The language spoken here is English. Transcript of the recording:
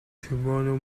tomorrow